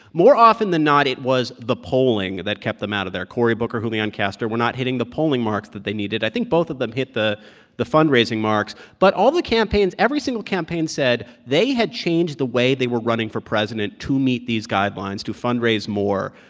more often than not, it was the polling that kept them out of there. cory booker julian castro were not hitting the polling marks that they needed. i think both of them hit the the fundraising marks but all the campaigns every single campaign said they had changed the way they were running for president to meet these guidelines to fundraise more.